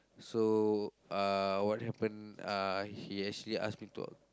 so uh what happen uh he actually ask me to